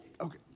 okay